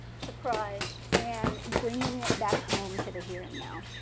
surprise, and bringing it back home to the here and now.